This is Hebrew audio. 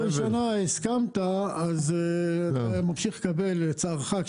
אם בפעם הראשונה הסכמת אז אתה ממשיך לקבל, לצערך.